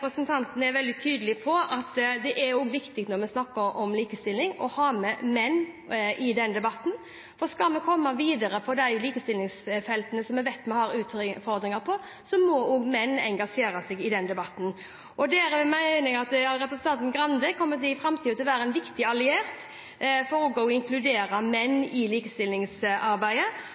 når vi snakker om likestilling, er det viktig å ha med menn i den debatten. Skal vi komme videre på de likestillingsfeltene der vi vet vi har utfordringer, må også menn engasjere seg i den debatten. Her mener jeg at representanten Grande i framtida kommer til å være en viktig alliert for å inkludere